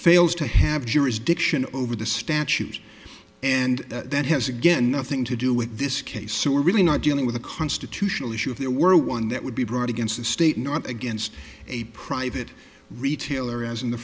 fails to have jurisdiction over the statute and that has again nothing to do with this case so we're really not dealing with a constitutional issue if there were one that would be brought against the state not against a private retailer as in the